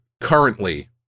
currently